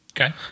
Okay